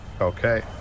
Okay